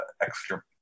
extra